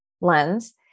lens